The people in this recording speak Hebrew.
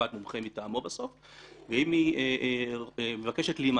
אם יחליט בית המשפט, מומחה מטעמו בסוף.